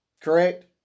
correct